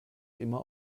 immer